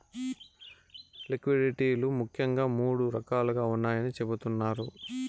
liquidity లు ముఖ్యంగా మూడు రకాలుగా ఉన్నాయని చెబుతున్నారు